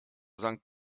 sankt